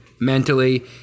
mentally